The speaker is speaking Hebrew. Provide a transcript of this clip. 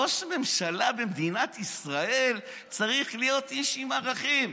ראש הממשלה במדינת ישראל צריך להיות איש עם ערכים.